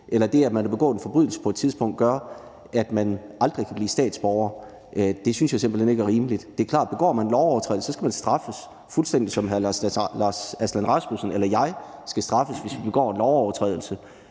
eller at det, at man har begået en forbrydelse på et tidspunkt, gør, at man aldrig kan blive statsborger, synes jeg simpelt hen ikke er rimeligt. Det er klart, at begår man en lovovertrædelse, skal man straffes – fuldstændig som hr. Lars Aslan Rasmussen eller jeg skal straffes, hvis vi begår en lovovertrædelse